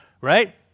right